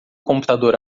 computador